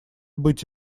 быть